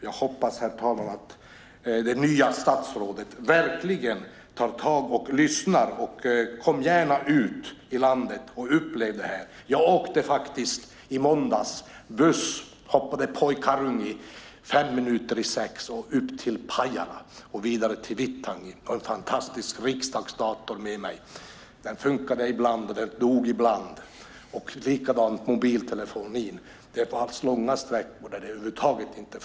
Jag hoppas, herr talman, att det nya statsrådet verkligen tar tag i detta och lyssnar. Kom gärna ut i landet och upplev hur det är! I måndags fem minuter i sex hoppade jag i Karungi på en buss till Pajala och vidare till Vittangi. Jag hade min fantastiska riksdagsdator med mig. Ibland fungerade den. Ibland dog den. Likadant var det med mobiltelefonen. På långa sträckor fungerade den över huvud taget inte.